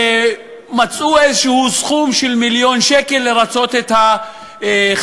ומצאו איזה סכום של מיליון שקל לרצות את החרדים,